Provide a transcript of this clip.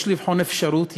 יש לבחון אפשרות,